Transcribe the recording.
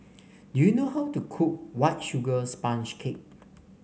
do you know how to cook White Sugar Sponge Cake